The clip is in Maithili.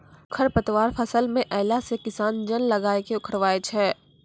खरपतवार फसल मे अैला से किसान जन लगाय के उखड़बाय छै